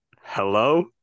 hello